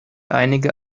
einige